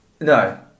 No